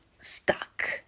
stuck